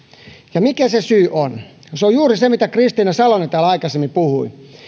ja mikä se syy on no se on juuri se mistä kristiina salonen täällä aikaisemmin puhui